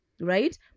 Right